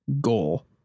goal